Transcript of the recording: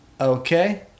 Okay